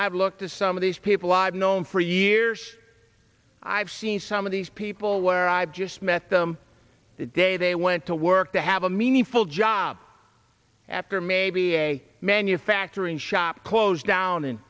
i've looked at some of these people i've known for years i've seen some of these people where i've just met them the day they went to work to have a meaningful job after maybe a manufacturing shop closed down in